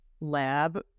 lab